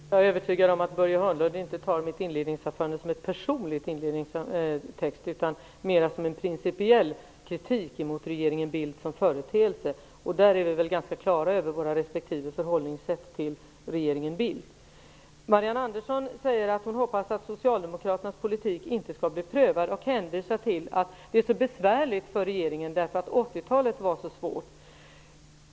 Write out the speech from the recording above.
Herr talman! Jag är övertygad om att Börje Hörnlund inte tar mitt inledningsanförande som en personlig vidräkning utan mera som en principiell kritik mot regeringen Bildt som företeelse. Vi är väl ganska klara över våra respektive förhållningssätt till regeringen Bildt. Marianne Andersson säger att hon hoppas att Socialdemokraternas politik inte skall bli prövad och hänvisar till att det är så besvärligt för regeringen därför att 80-talet var så svårt.